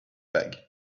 bag